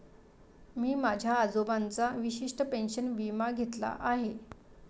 मी माझ्या आजोबांचा वशिष्ठ पेन्शन विमा घेतला आहे